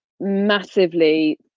massively